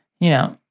you know.